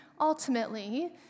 ultimately